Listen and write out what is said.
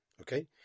Okay